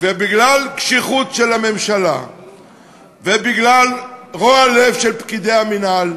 ובגלל קשיחות של הממשלה ובגלל רוע לב של פקידי המינהל,